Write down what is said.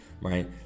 Right